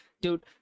Dude